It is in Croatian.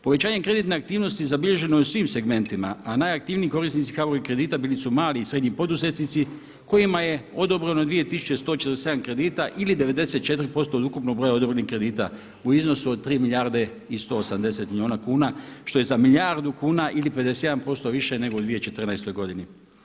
Povećanjem kreditne aktivnosti zabilježeno je u svim segmentima a najaktivniji korisnici HBOR-ovih kredita bili su mali i srednji poduzetnici kojima je odobreno 2147 kredita ili 94% od ukupnog broja odobrenih kredita u iznosu od 3 milijarde i 180 milijuna kuna što je za milijardu kuna ili 51% više nego u 2014. godini.